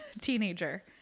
teenager